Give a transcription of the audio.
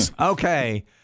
Okay